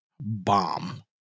bomb